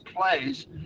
plays